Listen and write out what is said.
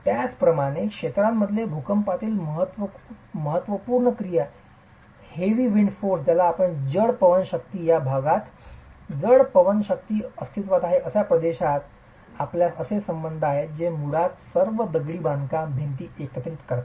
त्याचप्रमाणे क्षेत्रांमध्ये भूकंपातील महत्त्वपूर्ण क्रिया जड पवन शक्ती ज्या भागात जड पवन शक्ती अस्तित्वात आहेत अशा प्रदेशात आपल्यात असे संबंध आहेत जे मुळात सर्व दगडी बांधकाम भिंती एकत्रित करतात